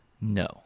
No